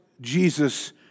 Jesus